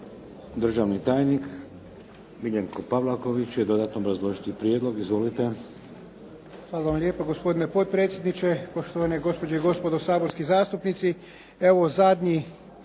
Državni tajnik Miljenko Pavlaković će dodatno obrazložiti prijedlog. Izvolite.